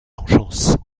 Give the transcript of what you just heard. vengeance